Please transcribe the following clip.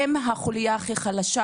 הם החוליה הכי חלשה,